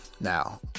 now